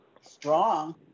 strong